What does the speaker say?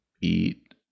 eat